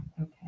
Okay